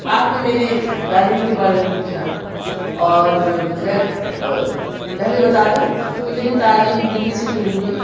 آپ نے میری تعلیم کے بارے میں پوچھا اور میں پہلے بتادوں کہ میری تعلیم دِلی سے شروع ہوئی